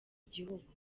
gihugu